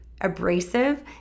abrasive